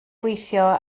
gweithio